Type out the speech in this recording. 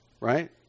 Right